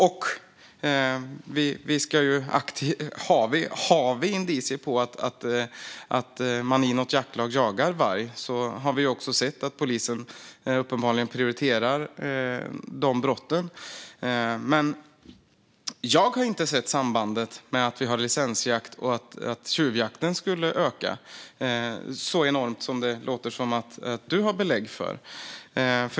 Om det finns indicier på att man i något jaktlag jagar varg har vi sett att polisen uppenbarligen prioriterar de brotten. Jag har inte sett sambandet mellan licensjakt och att tjuvjakten skulle öka, så långt som det låter som att Rebecka Le Moine har belägg för.